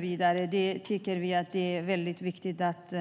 Vi tycker att det är väldigt viktigt att